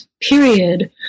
period